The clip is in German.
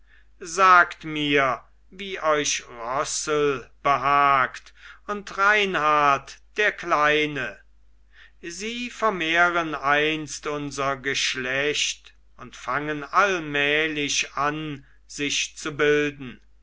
sagt mir wie euch rossel behagt und reinhart der kleine sie vermehren einst unser geschlecht und fangen allmählich an sich zu bilden